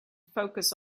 focus